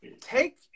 take